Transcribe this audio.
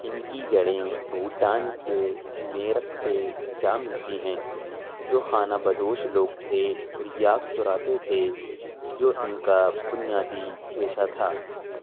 ان کی جڑیں بھوٹان کے میرک سے جا ملتی ہیں جو خانہ بدوش لوگ تھے اور یاک چراتے تھے جو ان کا بنیادی پیشہ تھا